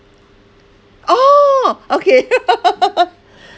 orh okay